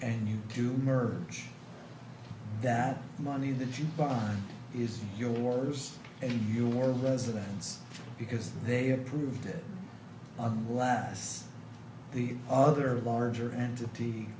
and you do merge that money that you mine is yours and your residence because they approved it unless the other larger entity